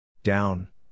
Down